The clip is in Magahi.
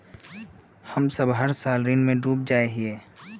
हम सब हर साल ऋण में डूब जाए हीये?